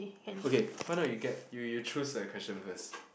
okay why not you get you you choose a question first